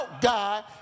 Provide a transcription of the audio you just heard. God